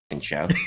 show